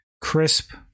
crisp